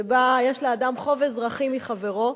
שבה יש לאדם חוב אזרחי מחברו,